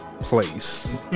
place